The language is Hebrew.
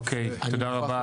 אוקיי, תודה רבה.